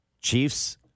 Chiefs